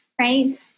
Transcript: Right